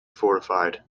fortified